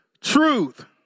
Truth